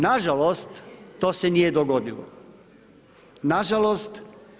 Nažalost, to se nije dogodilo, nažalost.